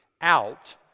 out